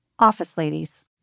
OfficeLadies